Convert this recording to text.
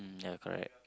ya correct